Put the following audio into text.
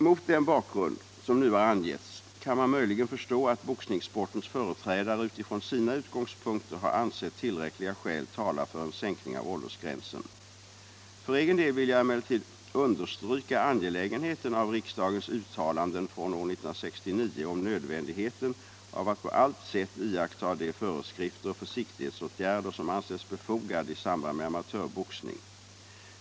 Mot den bakgrund som nu har angetts kan man möjligen förstå att boxningssportens företrädare utifrån sina utgångspunkter har ansett tillräckliga skäl tala för en sänkning av åldersgränsen. För egen del vill jag emellertid understryka angelägenheten av riksdagens uttalanden från år 1969 om nödvändigheten av att på allt sätt iaktta de föreskrifter och försiktighetsåtgärder, som ansetts befogade i samband med amatörboxning.